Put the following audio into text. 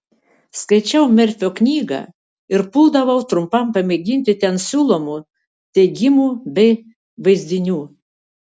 skaičiau merfio knygą ir puldavau trumpam pamėginti ten siūlomų teigimų bei vaizdinių